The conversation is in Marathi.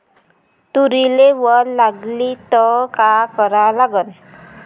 तुरीले वल लागली त का करा लागन?